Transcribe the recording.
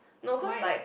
no cause like